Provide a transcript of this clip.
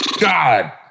God